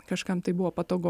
kažkam tai buvo patogu